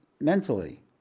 mentally